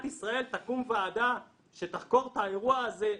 ישראל תקום ועדה שתחקור את האירוע הזה לעומק.